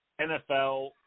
NFL